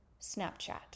snapchat